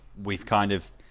we kind of